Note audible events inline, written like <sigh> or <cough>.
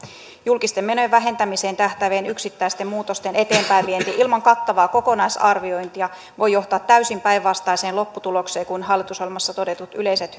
julkisten menojen vähentämiseen tähtäävien yksittäisten muutosten eteenpäinvienti ilman kattavaa kokonaisarviointia voi johtaa täysin päinvastaiseen lopputulokseen kuin hallitusohjelmassa todetut yleiset <unintelligible>